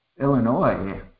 Illinois